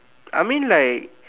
I mean like